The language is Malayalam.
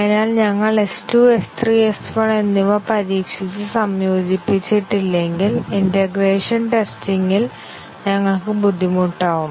അതിനാൽ ഞങ്ങൾ S2 S3 S1 എന്നിവ പരീക്ഷിച്ച് സംയോജിപ്പിച്ചിട്ടില്ലെങ്കിൽ ഇന്റേഗ്രേഷൻ ടെസ്റ്റിങ് ഇൽ ഞങ്ങൾക്ക് ബുദ്ധിമുട്ടാവും